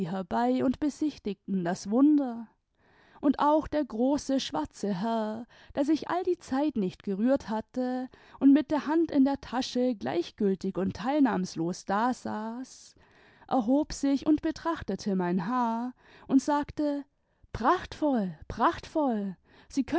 herbei und besichtigten das wunder und auch der große schwarze herr der sich all die zeit nicht gerührt hatte imd mit der hand in der tasche gleichgültig und teilnahmlos da saß erhob sich und betrachtete mein haar und sagte prachtvoll i prachtvoll